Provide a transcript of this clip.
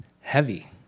heavy